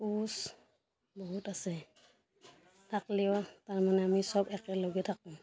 কোচ বহুত আছে থাকলেও তাৰমানে আমি চব একেলগে থাকোঁ